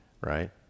right